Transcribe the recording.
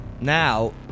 Now